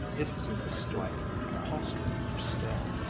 it isn't a story you could possibly understand.